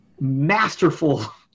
masterful